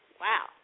wow